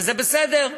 וזה בסדר.